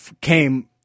came